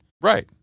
Right